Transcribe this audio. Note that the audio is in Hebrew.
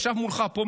ישב מולך פה,